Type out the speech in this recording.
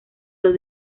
los